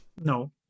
No